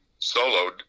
soloed